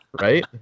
right